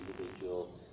individual